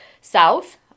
south